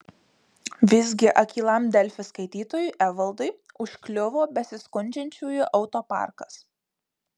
visgi akylam delfi skaitytojui evaldui užkliuvo besiskundžiančiųjų autoparkas